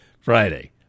Friday